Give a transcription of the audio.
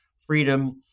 freedom